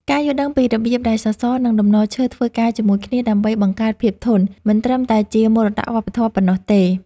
ការយល់ដឹងពីរបៀបដែលសសរ និងតំណឈើធ្វើការជាមួយគ្នាដើម្បីបង្កើតភាពធន់ មិនត្រឹមតែជាមរតកវប្បធម៌ប៉ុណ្ណោះទេ។